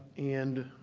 and,